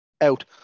Out